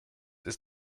ist